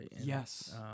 yes